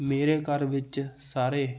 ਮੇਰੇ ਘਰ ਵਿੱਚ ਸਾਰੇ